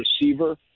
receiver